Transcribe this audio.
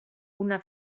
una